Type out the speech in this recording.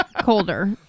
colder